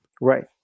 right